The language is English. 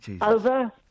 Over